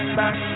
back